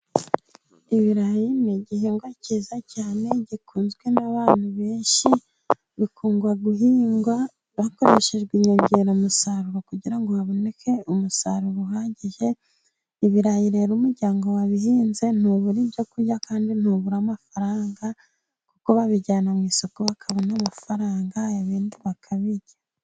Ibirayi ni igihingwa cyiza cyane, gikunzwe n'abantu benshi, bikunda guhingwa hakoreshejwe inyongeramusaruro, kugira ngo haboneke umusaruro uhagije. Ibirayi rero umuryango wabihinze ntubura ibyo kurya, kandi ntubura amafaranga, kuko babijyana mu isoko bakabona amafaranga ibindi bakabirya.